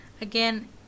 again